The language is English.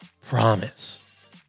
promise